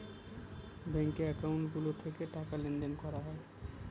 ব্যাঙ্কে একাউন্ট গুলো থেকে টাকা লেনদেন করা হয়